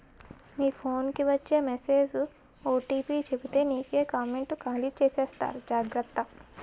మీ phone కి వచ్చే message OTP చెప్పితే నీకే కామెంటు ఖాళీ చేసేస్తారు జాగ్రత్త